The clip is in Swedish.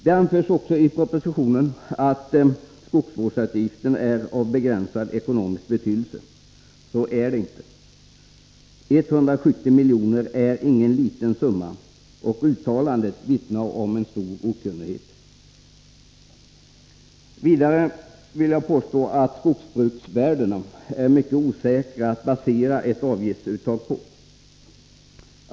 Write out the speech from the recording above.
Det anförs vidare i propositionen att skogsvårdsavgiften är av begränsad ekonomisk betydelse. Så är det inte. 170 milj.kr. är ingen liten summa, och uttalandet vittnar om stor okunnighet. Vidare vill jag påstå att skogsbruksvärdena är mycket osäkra att grunda ett avgiftsuttag på.